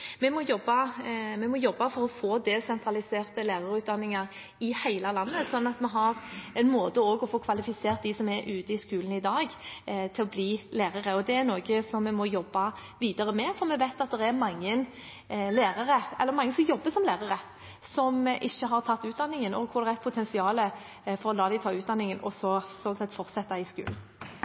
Vi må jobbe for å få desentraliserte lærerutdanninger i hele landet, slik at vi også har en måte for å få kvalifisert dem som er ute i skolen i dag, til å bli lærere. Det er noe vi må jobbe videre med. Det er mange som jobber som lærere som ikke har tatt utdanningen, og det er et potensial for å la dem ta utdanningen og så fortsette i skolen.